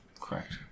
Correct